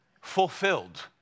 fulfilled